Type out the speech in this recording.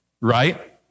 right